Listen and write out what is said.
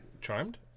charmed